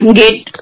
gate